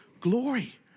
glory